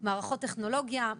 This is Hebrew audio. מערכות טכנולוגיה,